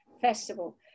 festival